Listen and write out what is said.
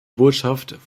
botschaft